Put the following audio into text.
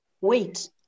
wait